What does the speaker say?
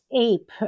ape